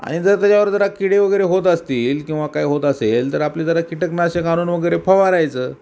आणि जर त्याच्यावर जरा किडे वगैरे होत असतील किंवा काय होत असेल तर आपली जरा कीटकनाशक आणून वगैरे फवारायचं